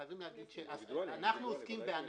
חייבים להגיד שאנחנו עוסקים באנשים.